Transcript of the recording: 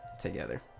together